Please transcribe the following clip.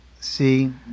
See